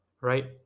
right